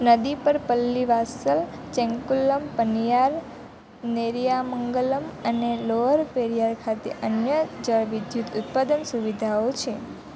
નદી પર પલ્લીવાસલ ચેંકુલમ પન્નિયાર નેરિયામંગલમ અને લોઅર પેરિયાર ખાતે અન્ય જળવિદ્યુત ઉત્પાદન સુવિધાઓ છે